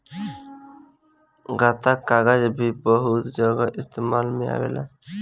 गत्ता कागज़ भी बहुत जगह इस्तेमाल में आवेला